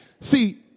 See